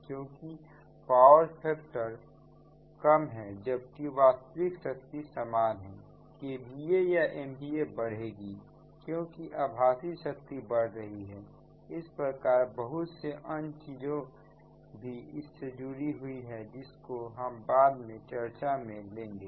क्योंकि power factor कम है जबकि वास्तविक शक्ति समान है KVA या MVA बढ़ेगी क्योंकि आभासी शक्ति बढ़ रही है इस प्रकार बहुत से अन्य चीजें भी इससे जुड़ी हुई है जिसको हम बाद में चर्चा में लेंगे